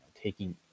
taking